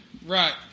Right